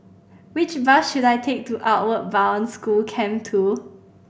which bus should I take to Outward Bound School Camp Two